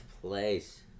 place